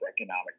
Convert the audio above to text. economic